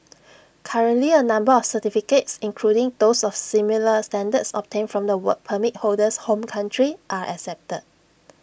currently A number of certificates including those of similar standards obtained from the Work Permit holder's home country are accepted